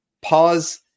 pause